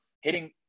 hitting